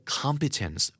competence